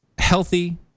Healthy